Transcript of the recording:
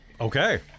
Okay